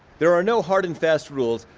there are no hard and fast rules.